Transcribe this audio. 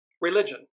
Religion